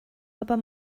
aber